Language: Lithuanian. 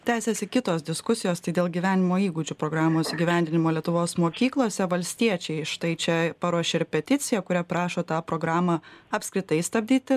tęsiasi kitos diskusijos tai dėl gyvenimo įgūdžių programos įgyvendinimo lietuvos mokyklose valstiečiai štai čia paruošė ir peticiją kuria prašo tą programą apskritai stabdyti